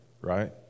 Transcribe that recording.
right